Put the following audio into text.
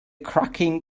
cracking